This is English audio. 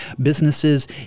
businesses